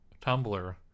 Tumblr